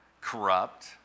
corrupt